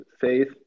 faith